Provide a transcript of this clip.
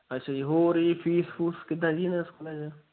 ਅੱਛਾ ਜੀ ਹੋਰ ਜੀ ਫੀਸ ਫੂਸ ਕਿੱਦਾਂ ਜੀ ਇਹਨਾਂ ਸਕੂਲਾਂ 'ਚ